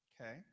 okay